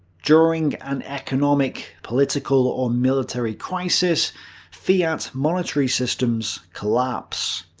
during an economic, political or military crisis fiat monetary systems collapse.